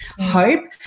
hope